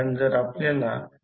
96° 10 angle 90° आहे